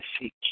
seek